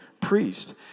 priest